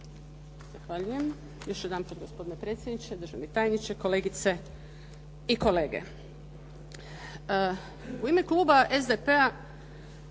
Hvala.